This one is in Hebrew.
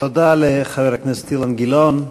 תודה לחבר הכנסת אילן גילאון.